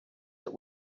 that